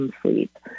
sleep